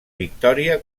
victòria